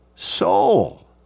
Soul